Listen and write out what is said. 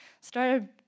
started